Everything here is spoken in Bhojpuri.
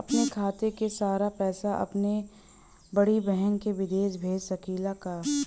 अपने खाते क सारा पैसा अपने बड़ी बहिन के विदेश भेज सकीला का?